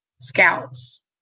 scouts